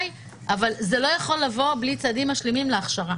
זה לא יכול לבוא בלי צעדים משלימים להכשרה